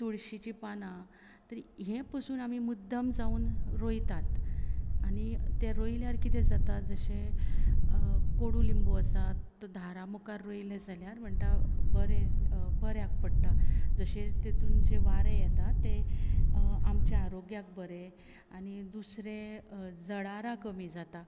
तुळशीची पानां तरी हे पसून आमी मुद्दम जावन रोयतात आनी ते रोयल्यार कितें जाता जशें कोडू लिंबू आसा दारा मुखार रोयले जाल्यार म्हणटा बरें बऱ्याक पडटा जशें तातून जें वारें येता ते आमच्या आरोग्याक बरे आनी दुसरे जळारां कमी जाता